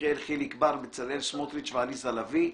יחיאל חיליק בר, בצלאל סמוטריץ ועליזה לביא.